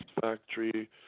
Factory